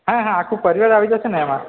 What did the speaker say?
હા હા આખું પરિવાર આવી જશે ને એમા